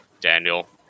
Daniel